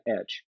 edge